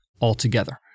altogether